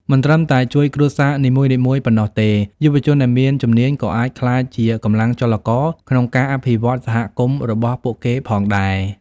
មិនត្រឹមតែជួយគ្រួសារនីមួយៗប៉ុណ្ណោះទេ យុវជនដែលមានជំនាញក៏អាចក្លាយជាកម្លាំងចលករក្នុងការអភិវឌ្ឍន៍សហគមន៍របស់ពួកគេផងដែរ។